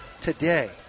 today